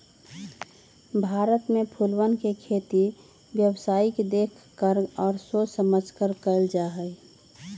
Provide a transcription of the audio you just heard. भारत में फूलवन के खेती व्यावसायिक देख कर और सोच समझकर कइल जाहई